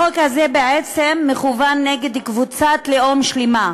החוק הזה בעצם מכוון נגד קבוצת לאום שלמה,